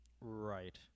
Right